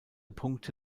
punkte